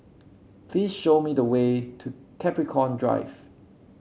please show me the way to Capricorn Drive